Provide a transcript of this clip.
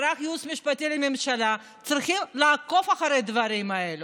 מערך הייעוץ המשפטי לממשלה צריך לעקוב אחרי הדברים האלה.